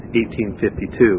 1852